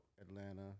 Atlanta